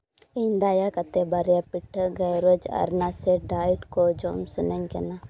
ᱤᱧ ᱫᱟᱭᱟ ᱠᱟᱛᱮᱫ ᱵᱟᱨᱭᱟ ᱯᱤᱴᱷᱟᱹ ᱜᱟᱭᱨᱳᱡᱽ ᱟᱨ ᱱᱟᱥᱮ ᱰᱟᱭᱮᱴ ᱠᱚ ᱡᱚᱢ ᱥᱟᱱᱟᱧ ᱠᱟᱱᱟ